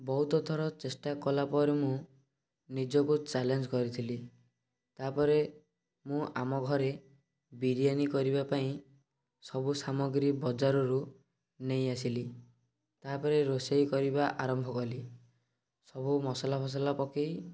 ବହୁତ ଥର ଚେଷ୍ଟା କଲା ପରେ ମୁଁ ନିଜକୁ ଚ୍ୟାଲେଞ୍ଜ କରିଥିଲି ତାପରେ ମୁଁ ଆମ ଘରେ ବିରିୟାନୀ କରିବା ପାଇଁ ସବୁ ସାମଗ୍ରୀ ବଜାର ରୁ ନେଇ ଆସିଲି ତାହା ପରେ ରୋଷେଇ କରିବା ଆରମ୍ଭ କଲି ସବୁ ମସଲା ଫସଲା ପକାଇ